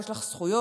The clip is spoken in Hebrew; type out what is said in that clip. יש לך זכויות,